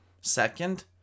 Second